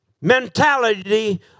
mentality